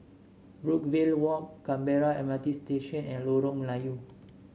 Brookvale Walk Canberra M R T Station and Lorong Melayu